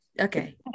okay